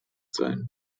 sein